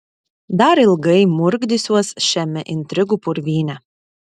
dar ilgai murkdysiuos šiame intrigų purvyne